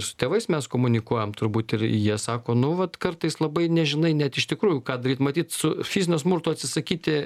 su tėvais mes komunikuojam turbūt ir jie sako nu vat kartais labai nežinai net iš tikrųjų ką daryt matyt su fizinio smurto atsisakyti